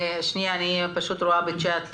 רואה בצ'ט,